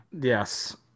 yes